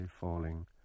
falling